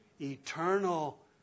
Eternal